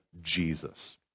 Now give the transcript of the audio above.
Jesus